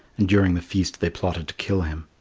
and during the feast they plotted to kill him.